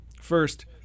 First